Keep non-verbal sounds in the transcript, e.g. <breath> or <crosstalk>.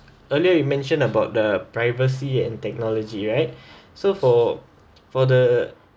earlier you mentioned about the privacy and technology right <breath> so for for the